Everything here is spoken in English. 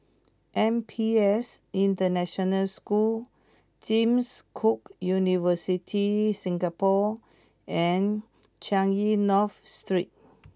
N P S International School James Cook University Singapore and Changi North Street